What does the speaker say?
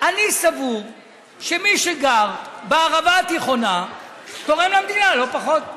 אני סבור שמי שגר בערבה התיכונה תורם למדינה לא פחות.